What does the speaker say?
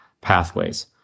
pathways